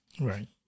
right